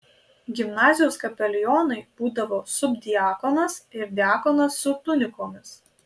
gimnazijos kapelionai būdavo subdiakonas ir diakonas su tunikomis